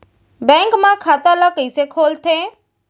Bank म खाता ल कइसे खोलथे?